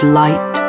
light